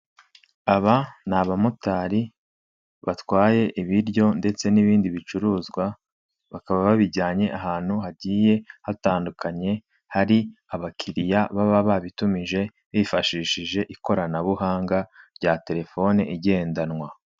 Aba ni abamotari batwaye ibiryo ndetse n'ibindi bicuruzwa bakaba babijyanye ahantu hagiye hatandukanye hari abakiriya baba babitumije bifashishije ikoranabuhanga rya telefone igendanwa.